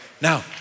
now